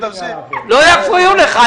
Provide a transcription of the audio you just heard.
לא יפריעו לך.